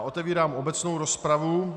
Otevírám obecnou rozpravu.